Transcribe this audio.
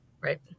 Right